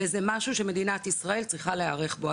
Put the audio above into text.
וזה משהו שמדינת ישראל צריכה להיערך אליו.